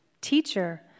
Teacher